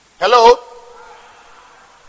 Hello